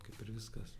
kaip ir viskas